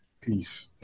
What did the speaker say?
Peace